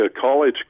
college